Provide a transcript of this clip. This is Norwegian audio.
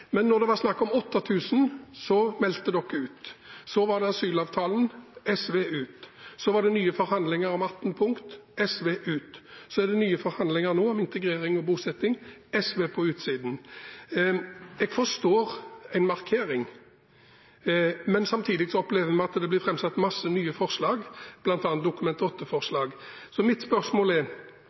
men da det var snakk om 8 000, meldte dere dere ut. Så var det asylavtalen: SV ut. Så var det nye forhandlinger om 18 punkt: SV ut. Så er det nye forhandlinger nå om integrering og bosetting: SV på utsiden. Jeg forstår en markering, men samtidig opplever vi at det blir framsatt masse nye forslag, bl.a. Dokument 8-forslag. Så mitt spørsmål er: